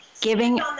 giving